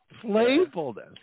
playfulness